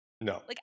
No